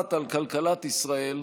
מכרעת על כלכלת ישראל,